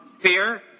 fear